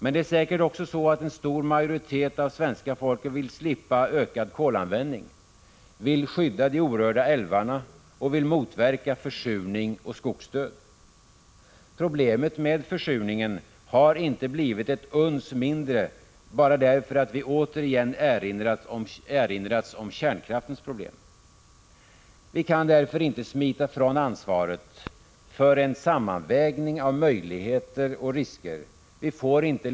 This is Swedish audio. Men det är säkert också så att en stor majoritet av svenska folket vill slippa ökad kolanvändning, vill skydda de orörda älvarna och motverka försurning och skogsdöd. Problemet med försurningen har inte blivit ett uns mindre bara därför att vi återigen erinrats om kärnkraftens problem. Vi kan därför inte smita från ansvaret för en sammanvägning av Prot. 1985/86:137 möjligheter och risker.